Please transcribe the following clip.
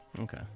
Okay